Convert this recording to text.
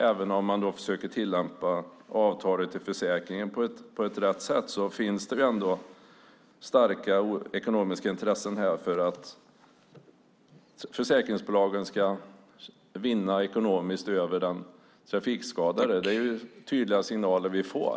Även om man försöker tillämpa avtalet i försäkringen på rätt sätt finns det starka ekonomiska intressen för att försäkringsbolagen ska vinna över den trafikskadade. Det är tydliga signaler vi får.